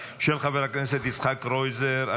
2024, של חבר הכנסת יצחק קרויזר.